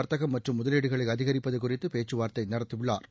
வாத்தகம் மற்றும் முதலீடுகளை அதிகரிப்பது குறித்து பேச்சுவாா்த்தை நடத்தியுள்ளாா்